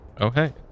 Okay